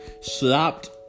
slapped